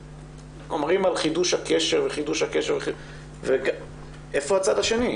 אומרים על חידוש הקשר, איפה הצד השני?